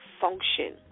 function